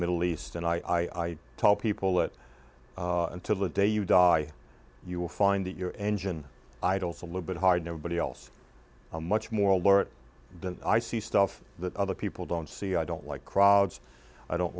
middle east and i tell people that until the day you die you will find that your engine idles a little bit hard nobody else much more alert than i see stuff that other people don't see i don't like crowds i don't